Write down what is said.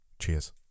Cheers